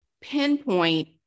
pinpoint